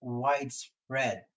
widespread